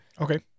okay